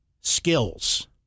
skills